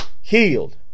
healed